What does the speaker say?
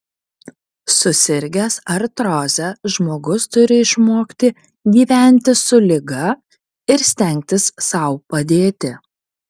susirgęs artroze žmogus turi išmokti gyventi su liga ir stengtis sau padėti